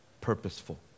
purposeful